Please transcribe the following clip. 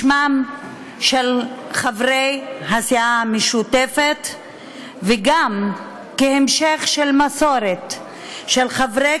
בשמם של חברי הסיעה המשותפת וגם כהמשך של מסורת של חברי